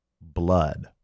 blood